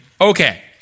okay